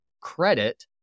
credit